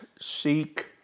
seek